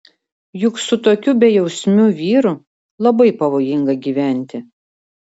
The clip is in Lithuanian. juk su tokiu bejausmiu vyru labai pavojinga gyventi